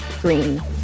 Green